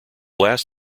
last